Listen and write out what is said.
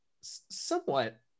somewhat